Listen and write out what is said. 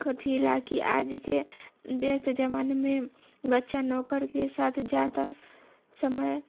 कथी ला कि आजके व्यस्त जमानेमे बच्चा नौकरके साथ जादा समय